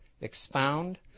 expound